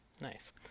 Nice